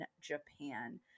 Japan